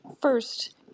First